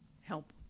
help